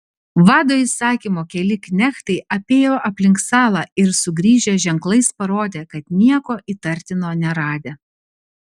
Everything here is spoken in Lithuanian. vado įsakymu keli knechtai apėjo aplink salą ir sugrįžę ženklais parodė kad nieko įtartino neradę